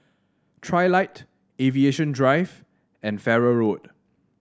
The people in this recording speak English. trilight Aviation Drive and Farrer Road